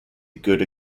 good